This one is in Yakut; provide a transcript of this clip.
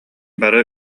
бары